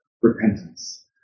repentance